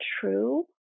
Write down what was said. true